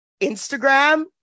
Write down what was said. Instagram